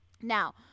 Now